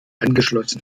angeschlossen